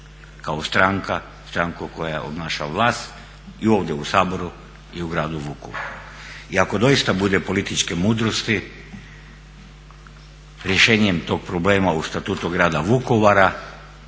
kao stranku koja obnaša vlast i ovdje u Saboru i u gradu Vukovaru. I ako doista bude političke mudrosti rješenjem tog problema u statutu Grada Vukovara